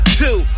two